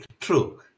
true